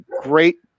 great